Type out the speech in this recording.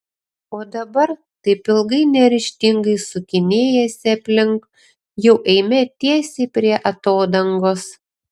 o dabar taip ilgai neryžtingai sukinėjęsi aplink jau eime tiesiai prie atodangos